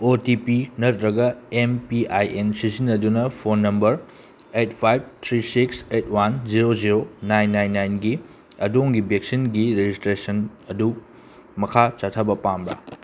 ꯑꯣ T P ꯅꯠꯇ꯭ꯔꯒ M P I N ꯁꯤꯖꯤꯟꯅꯗꯨꯅ phone number eight five three six eight one zero zero nine nine ꯅꯥꯏꯟꯒꯤ ꯑꯗꯣꯝꯒꯤ ꯕꯦꯛꯁꯤꯟꯒꯤ ꯔꯦꯖꯤꯁꯇ꯭ꯔꯦꯁꯟ ꯑꯗꯨ ꯃꯈꯥ ꯆꯠꯊꯕ ꯄꯥꯝꯕ꯭ꯔꯥ